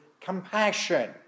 compassion